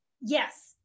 Yes